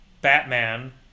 Batman